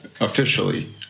officially